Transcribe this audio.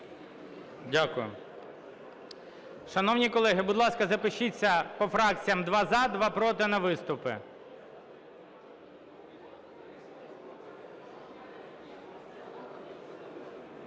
Дякую. Шановні колеги, будь ласка, запишіться по фракціям: два – за, два – проти, на виступи.